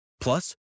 Plus